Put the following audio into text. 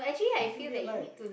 and we are like